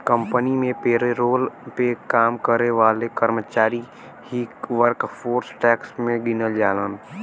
company में payroll पे काम करे वाले कर्मचारी ही वर्कफोर्स टैक्स में गिनल जालन